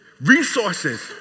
resources